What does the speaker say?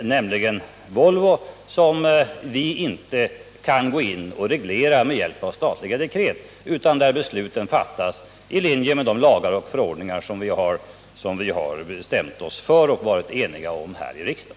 nämligen Volvo, som vi inte kunde gå in och reglera med hjälp av statliga dekret, utan där besluten fattas i överensstämmelse med de lagar och förordningar som vi har varit eniga om här i riksdagen.